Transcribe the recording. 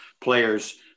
players